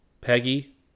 Peggy